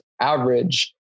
average